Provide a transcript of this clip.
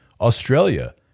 Australia